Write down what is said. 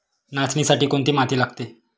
नाचणीसाठी कोणती माती लागते?